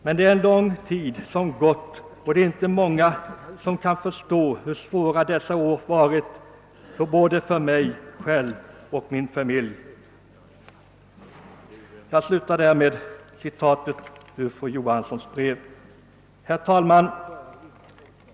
— Men det är en lång tid som gått och det är inte många som kan förstå hur svåra dessa år varit för både mig själv och familjen.» Jag slutar här med citatet ur fru Johanssons brev. FO | Herr talman!